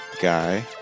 guy